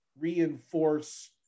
reinforce